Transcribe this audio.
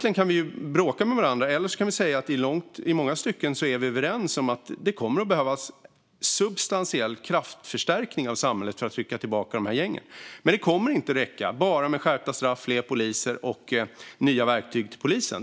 Vi kan bråka med varandra eller säga att vi i långa stycken är överens om att det kommer att behövas substantiell kraftförstärkning av samhället för att trycka tillbaka gängen. Men det kommer inte att räcka med bara skärpta straff, fler poliser och nya verktyg till polisen.